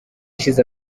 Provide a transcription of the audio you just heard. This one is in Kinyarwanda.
ishize